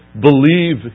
believe